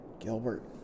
Gilbert